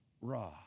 raw